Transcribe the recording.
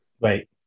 Right